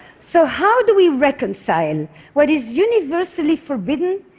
so how do we reconcile what is universally forbidden,